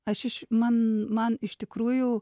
aš iš man man iš tikrųjų